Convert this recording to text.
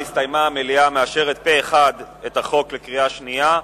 המליאה מאשרת פה אחד את הצעת החוק בקריאה שנייה.